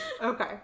Okay